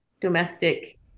domestic